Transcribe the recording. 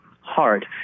hard